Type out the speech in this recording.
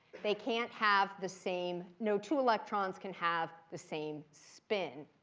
they can't have the same no two electrons can have the same spin,